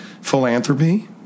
philanthropy